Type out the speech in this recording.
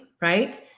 Right